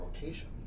rotation